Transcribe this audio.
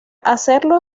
hacerlo